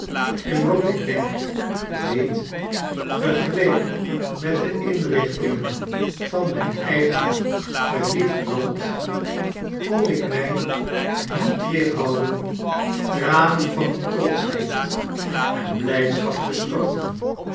in brobdignag deed vergeleek met de inrichtingen van mijn eigen geliefd land kon ik mij niet weerhouden tranen van trotschheid en blijdschap te storten